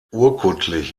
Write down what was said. urkundlich